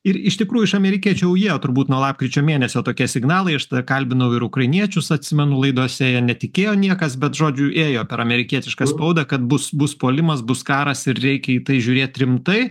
ir iš tikrųjų iš amerikiečių jau ėjo turbūt nuo lapkričio mėnesio tokie signalai aš tada kalbinau ir ukrainiečius atsimenu laidose jie netikėjo niekas bet žodžiu ėjo per amerikietišką spaudą kad bus bus puolimas bus karas ir reikia į tai žiūrėt rimtai